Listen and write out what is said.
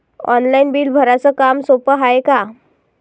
Online bill भराच काम सोपं हाय का?